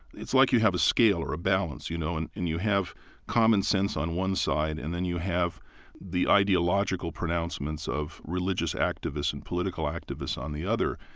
it's like you have a scale or a balance, you know, and and you have common sense on one side and then you have the ideological pronouncements of religious activists and political activists on the other.